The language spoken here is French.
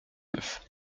neuf